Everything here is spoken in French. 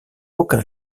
aucun